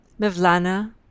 Mevlana